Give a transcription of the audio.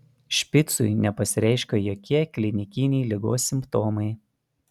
špicui nepasireiškė jokie klinikiniai ligos simptomai